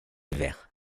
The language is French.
evert